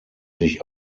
sich